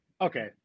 Okay